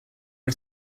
are